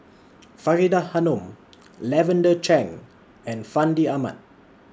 Faridah Hanum Lavender Chang and Fandi Ahmad